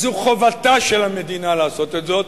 וזו חובתה של המדינה לעשות את זאת,